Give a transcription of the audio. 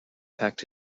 packed